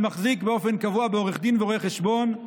שמחזיק באופן קבוע בעורך דין ורואה חשבון,